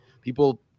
People